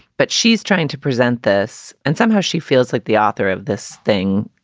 but she's trying to present this and somehow she feels like the author of this thing,